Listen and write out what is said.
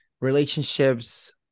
relationships